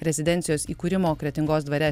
rezidencijos įkūrimo kretingos dvare